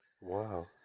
Wow